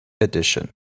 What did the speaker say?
Edition